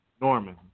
Norman